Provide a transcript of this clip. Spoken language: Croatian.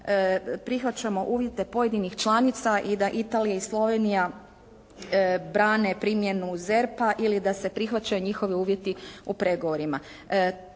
prihvaćamo uvjete pojedinih članica i da Italija i Slovenija brane primjenu ZERP-a ili da se prihvaćaju njihovi uvjeti u pregovorima.